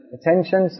Attention